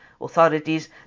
authorities